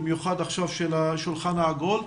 במיוחד עכשיו של השולחן העגול.